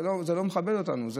זה לא מכבד אותנו,